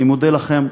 אני מודה לכם,